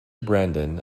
brandon